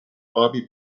bobby